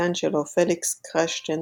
והמיסטיקן שלו, פליקס קרשטן